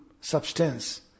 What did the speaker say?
substance